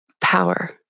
power